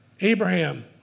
Abraham